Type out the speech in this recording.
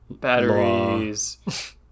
Batteries